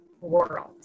world